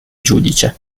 giudice